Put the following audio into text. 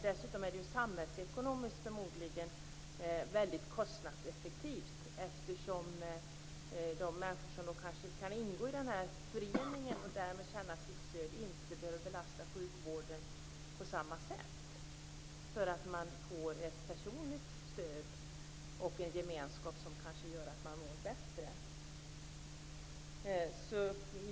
Dessutom är detta samhällsekonomiskt förmodligen väldigt kostnadseffektivt, eftersom de människor som kan ingå i den här föreningen och därmed känna ett stöd inte behöver belasta sjukvården på samma sätt som de kanske annars skulle göra. De får ett personligt stöd och en gemenskap i föreningen som gör att de mår bättre.